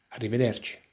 Arrivederci